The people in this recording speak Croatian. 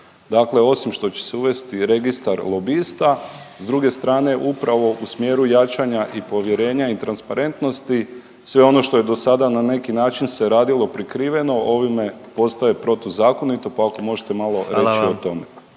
Dakle osim što će se uvesti registar lobista, s druge strane upravo u smjeru jačanja i povjerenja i transparentnosti sve ono što je do sada na neki način se radilo prikriveno, ovime postaje protuzakonito pa ako možete malo reći o tome.